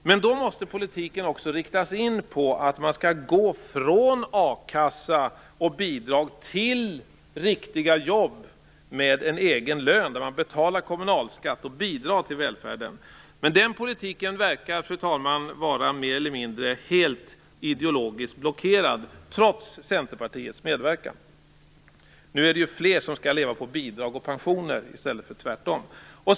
Men då måste politiken riktas in på att man skall gå från akassa och bidrag till riktiga jobb med en egen lön då man betalar kommunalskatt och bidrar till välfärden. Den politiken verkar, fru talman, vara mer eller mindre helt ideologiskt blockerad, trots Centerpartiets medverkan. Nu är det fler som skall leva på bidrag och pensioner i stället för tvärtom.